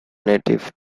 native